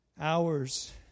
hours